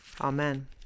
Amen